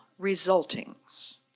resultings